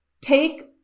Take